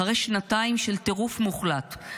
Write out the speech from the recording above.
אחרי שנתיים של טירוף מוחלט,